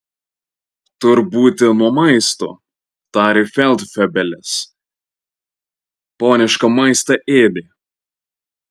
tur būti nuo maisto tarė feldfebelis ponišką maistą ėdė